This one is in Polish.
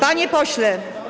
Panie pośle.